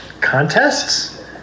contests